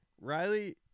Riley